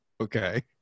Okay